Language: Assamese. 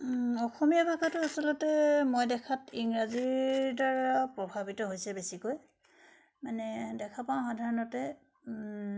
অসমীয়া ভাষাটো আচলতে মই দেখাত ইংৰাজীৰদ্বাৰা প্ৰভাৱিত হৈছে বেছিকৈ মানে দেখা পাওঁ সাধাৰণতে